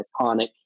iconic